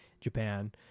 Japan